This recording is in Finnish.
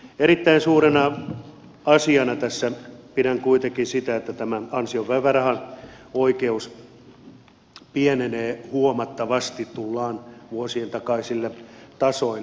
erittäin suurena asiana tässä pidän kuitenkin sitä että tämä ansiopäivärahaoikeus pienenee huomattavasti tullaan vuosien takaisille tasoille